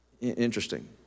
Interesting